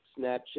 Snapchat